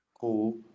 Cool